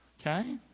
Okay